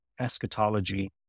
eschatology